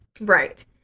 Right